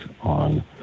on